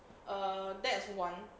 err that's one